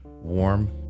warm